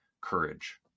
courage